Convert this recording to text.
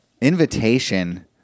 Invitation